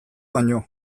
baino